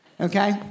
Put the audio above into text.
okay